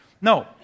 No